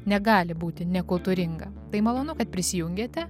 negali būti nekultūringa tai malonu kad prisijungėte